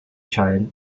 child